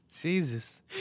jesus